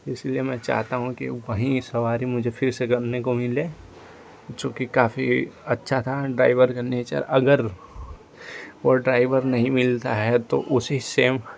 इसलिए मैं चाहता हूँ कि वही सवारी मुझे फिर से करने को मिले चूँकी काफी अच्छा था ड्राइवर का नेचर अगर वो ड्राइवर नहीं मिलता है तो उसी सेम